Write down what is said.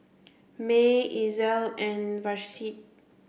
May Ezell and Vashti